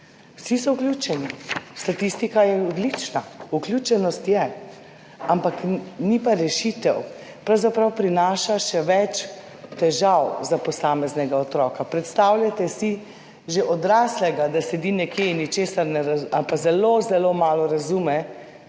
Vsi so vključeni. Statistika je odlična. Vključenost je, ampak ni pa rešitev. Pravzaprav prinaša še več težav za posameznega otroka. Predstavljajte si že odraslega, da sedi nekje in ničesar ali pa zelo zelo malo razume,